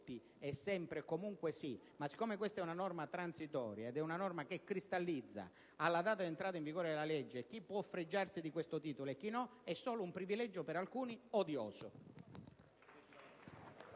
sempre e comunque. Ma siccome questa è una norma transitoria ed è una norma che cristallizza alla data di entrata in vigore della legge chi può fregiarsi di questo titolo e chi no, è solo un privilegio per alcuni, odioso.